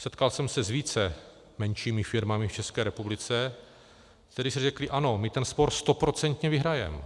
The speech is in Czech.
Setkal jsem se s více menšími firmami v České republice, které si řekly ano, my ten spor stoprocentně vyhrajeme.